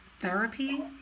therapy